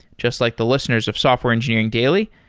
just like the listeners of software engineering daily.